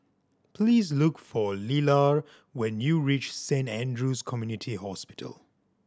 please look for Lelar when you reach Saint Andrew's Community Hospital